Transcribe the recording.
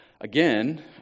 again